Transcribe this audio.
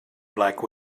black